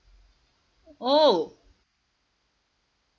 oh